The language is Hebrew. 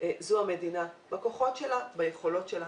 זאת המדינה בכוחות שלה, ביכולות שלה.